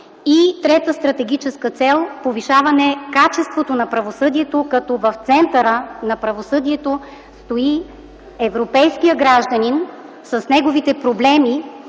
съдебната система; и повишаване качеството на правосъдието, като в центъра на правосъдието стои европейският гражданин с неговите проблеми,